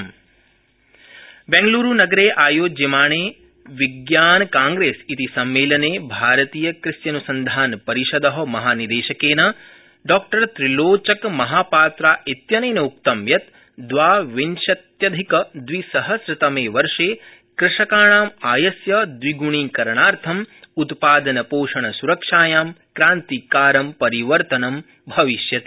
विज्ञानकांग्रेस सम्मेलनम् बेंगलुरूनगरे आयोज्यमाणे विज्ञानकांग्रेस इति सम्मेलने भारतीयकृष्यन्सन्धानपरिषद महानिदेशकेन डॉ त्रिलोचकमहापात्रा इत्यनेन उक्तं यत् दवाविंशत्यधिकदविसहस्रतमे वर्ष कृषकाणामायस्य द्विग्णीकरणार्थ उत्पादनपोषणस्रक्षायां क्रान्तिकारं परिवर्तनं भविष्यति